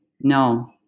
no